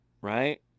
right